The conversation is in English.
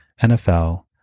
NFL